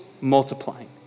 multiplying